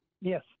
Yes